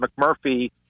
McMurphy